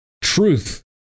truth